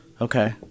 okay